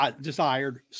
desired